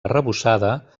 arrebossada